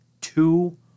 Two